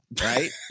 right